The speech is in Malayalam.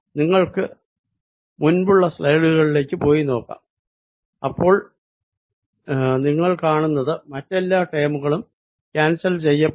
നിങ്ങൾക്ക് മുൻപുള്ള സ്ലൈഡുകളിലേക്ക് പോയി നോക്കാം അപ്പോൾ കാണുന്നത് മറ്റെല്ലാ ടേമുകളും ക്യാൻസൽ ചെയ്യപ്പെടും